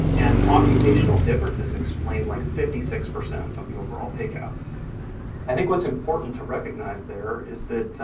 and occupational differences explained like fifty six percent of the overall pickup. i think what's important to recognize there is that